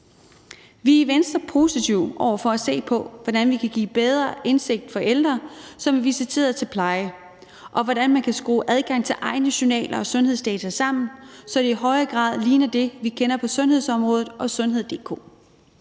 Vi er i Venstre positive over for at se på, hvordan vi kan give bedre indsigt for ældre, som er visiteret til pleje, og hvordan man kan skrue adgang til egne journaler og sundhedsdata sammen, så det i højere grad ligner det, vi kender på sundhedsområdet og www.sundhed.dk.